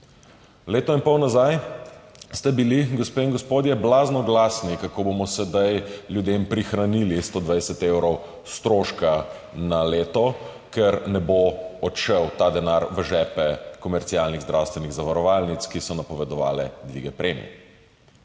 Leto in pol nazaj ste bili, gospe in gospodje, blazno glasni, kako bomo sedaj ljudem prihranili 120 evrov stroška na leto, ker ta denar ne bo odšel v žepe komercialnih zdravstvenih zavarovalnic, ki so napovedovale dvig premij.